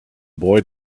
boy